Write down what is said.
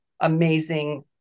amazing